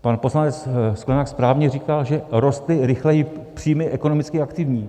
Pan poslanec Sklenák správně říkal, že rostly rychleji příjmy ekonomicky aktivních.